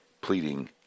pleading